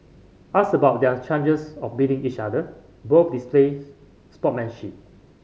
asked about their chances of beating each other both displayed sportsmanship